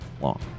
long